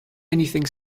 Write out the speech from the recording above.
anything